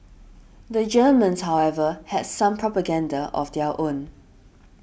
the Germans however had some propaganda of their own